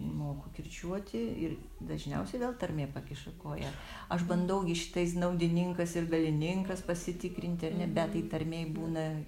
moku kirčiuoti ir dažniausiai vėl tarmė pakiša koją aš bandau gi šitais naudininkas ir galininkas pasitikrinti ar ne bet tai tarmėj būna